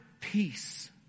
peace